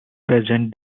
present